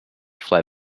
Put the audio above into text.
fly